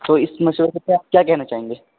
تو اس مشورے پہ آپ کیا کہنا چاہیں گے